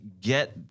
get